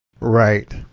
Right